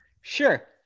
Sure